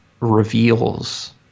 reveals